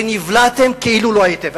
ונבלעתם כאילו לא הייתם.